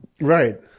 Right